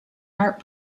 heart